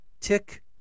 Tick